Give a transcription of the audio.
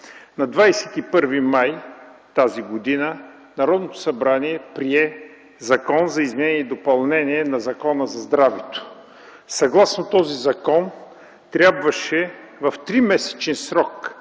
на 21 май т.г. Народното събрание прие Закон за изменение и допълнение на Закона за здравето. Съгласно този закон трябваше в тримесечен срок